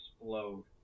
explode